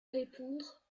répondre